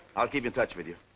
i'll keep in touch with you.